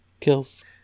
Kills